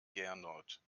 gernot